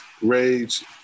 Rage